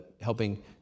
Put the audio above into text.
helping